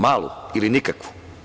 Malu ili nikakvu.